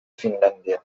finlandia